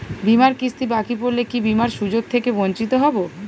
বিমার কিস্তি বাকি পড়লে কি বিমার সুযোগ থেকে বঞ্চিত হবো?